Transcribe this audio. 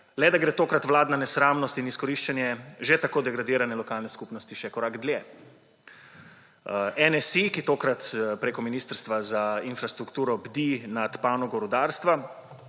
le da gresta tokrat vladna nesramnost in izkoriščanje že tako degradirane lokalne skupnosti še korak dlje. NSi, ki tokrat prek Ministrstva za infrastrukturo bdi nad panogo rudarstva,